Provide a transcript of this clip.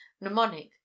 mnemonic